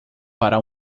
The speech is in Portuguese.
para